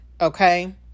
okay